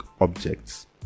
objects